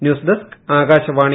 news desk Akashvani